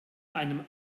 einem